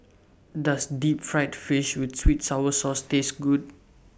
Does Deep Fried Fish with Sweet Sour Sauce Taste Good